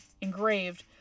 engraved